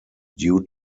due